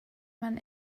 man